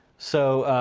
so,